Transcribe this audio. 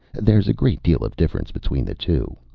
there's a great deal of difference between the two.